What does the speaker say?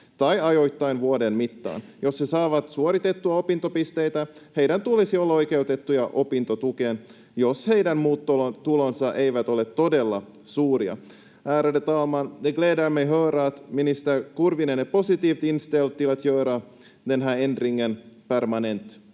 tai ajoittain vuoden mittaan. Jos he saavat suoritettua opintopisteitä, heidän tulisi olla oikeutettuja opintotukeen, jos heidän muut tulonsa eivät ole todella suuria. Ärade talman! Det gläder mig höra att minister Kurvinen är positivt inställd till att göra den här ändringen permanent.